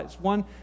One